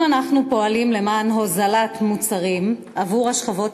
אם אנחנו פועלים למען הוזלת מוצרים עבור השכבות